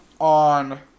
on